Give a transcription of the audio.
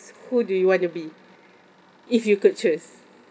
who do you want to be if you could choose